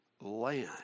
land